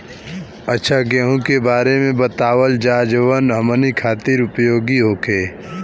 अच्छा गेहूँ के बारे में बतावल जाजवन हमनी ख़ातिर उपयोगी होखे?